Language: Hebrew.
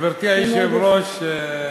גברתי היושבת-ראש,